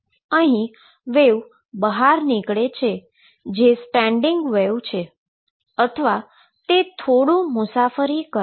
હવે અહી વેવ બહાર નીકળે છે જે સ્ટેંડીંગ વેવ છે અથવા તે થોડું મુસાફરી કરે છે